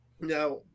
Now